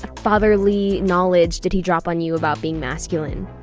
ah fatherly knowledge did he drop on you about being masculine?